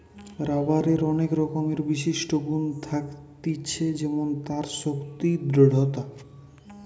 রাবারের অনেক রকমের বিশিষ্ট গুন থাকতিছে যেমন তার শক্তি, দৃঢ়তা